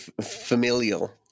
familial